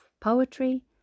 poetry